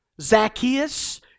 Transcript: Zacchaeus